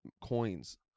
coins